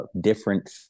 different